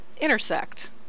intersect